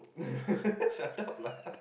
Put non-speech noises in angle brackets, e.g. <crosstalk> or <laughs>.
<laughs> shut up lah